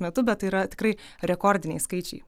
metu bet tai yra tikrai rekordiniai skaičiai